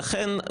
לכן,